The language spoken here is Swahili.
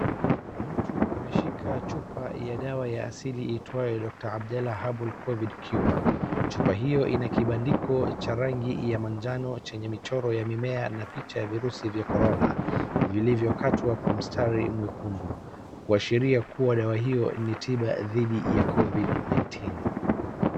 Mtu ameshika chupa ya dawa ya asili iitwao Doctor Abdelah Herbal covid cure. Chupa hiyo inakibandiko cha rangi ya majano chenye michoro ya mimea na picha ya virusi vya korona vilivyokatwa kwa mstari mwekundu kuashiria kuwa dawa hiyo ni tiba dhidi ya covid nineteen .